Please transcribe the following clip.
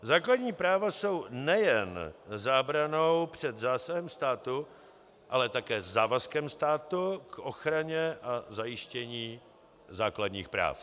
Základní práva jsou nejen zábranou před zásahem státu, ale také závazkem státu k ochraně a zajištění základních práv.